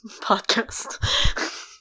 podcast